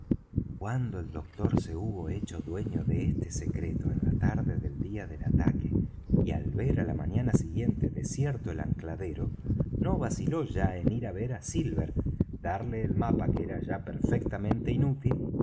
cuando el doctor se hubo hecho dueño de este secreto en la tarde del día del ataque y al ver á la mañana siguiente desierto el ancladero no vaciló ya en ir á ver á silver darle el mapa que era ya perfectamente inútil